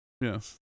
Yes